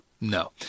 No